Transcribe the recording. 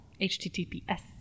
HTTPS